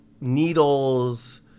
needles